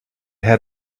had